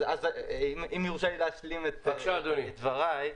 אם יורשה לי להשלים את דברי.